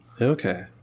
Okay